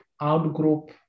out-group